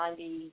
90